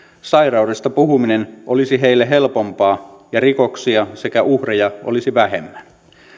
sairaudesta puhuminen olisi heille helpompaa ja rikoksia sekä uhreja olisi vähemmän